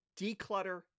declutter